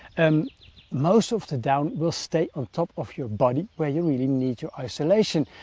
and most of the down will stay on top of your body where you really need your isolation.